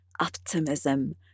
optimism